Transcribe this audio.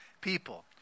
people